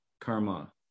karma